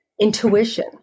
Intuition